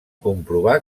comprovar